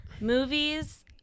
movies